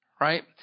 right